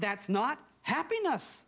that's not happiness